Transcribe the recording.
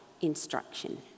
instruction